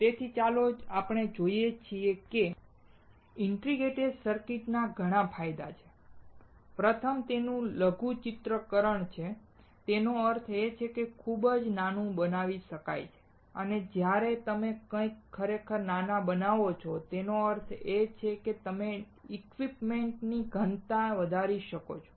તેથી ચાલો જોઈએ કે ઇન્ટિગ્રેટેડ સર્કિટ્સના ઘણા ફાયદા છે પ્રથમ તેનું લઘુચિત્રકરણ છે તેનો અર્થ એ કે તે ખૂબ જ નાનું બનાવી શકાય છે અને જ્યારે તમે કંઈક ખરેખર નાના બનાવો છો તેનો અર્થ એ કે તમે ઇક્વિપમેન્ટ ની ઘનતા વધારી શકો છો